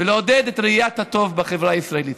ולעודד את ראיית הטוב בחברה הישראלית.